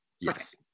yes